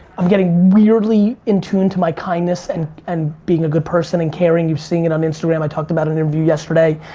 i'm getting weirdly in tuned to my kindness and and being a good person and caring, you've seen it on instagram, i talked about it in in view yesterday.